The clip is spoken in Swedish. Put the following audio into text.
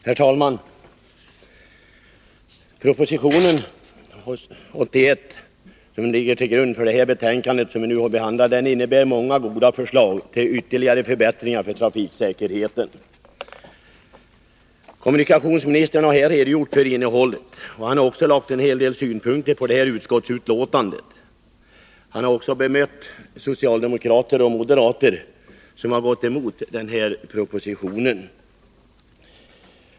Herr talman! Proposition 1981/82:81, som ligger till grund för det betänkande som vi nu behandlar, innebär många goda förslag till ytterligare förbättringar när det gäller trafiksäkerheten. Kommunikationsministern har här redogjort för innehållet. Han har också anfört en hel del synpunkter på utskottsbetänkandet. Han har bemött socialdemokrater och moderater som varit emot propositionen.